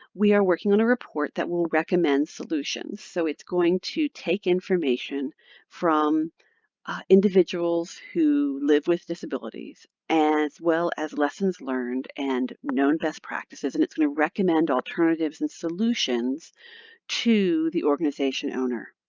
we are working on a report that will recommend solutions. so it's going to take information from individuals who live with disabilities as well as lessons learned and known best practices, and it's going to recommend alternatives and solutions to the organization owner.